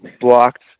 blocked